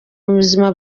buzima